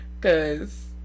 Cause